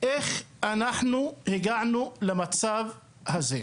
איך אנחנו הגענו למצב הזה?